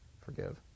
forgive